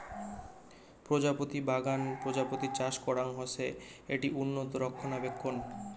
প্রজাপতি বাগান প্রজাপতি চাষ করাং হসে, এটি উন্নত রক্ষণাবেক্ষণ